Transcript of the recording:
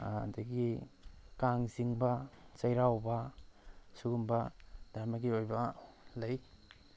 ꯑꯗꯒꯤ ꯀꯥꯡꯆꯤꯡꯕ ꯆꯩꯔꯥꯎꯕ ꯁꯤꯒꯨꯝꯕ ꯙꯔꯃꯒꯤ ꯑꯣꯏꯕ ꯂꯩ